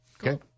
Okay